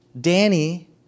Danny